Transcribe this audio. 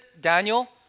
Daniel